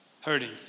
hurting